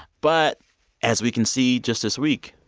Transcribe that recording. but as we can see just this week,